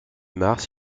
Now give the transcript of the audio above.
mars